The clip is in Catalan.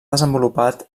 desenvolupat